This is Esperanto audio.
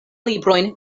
librojn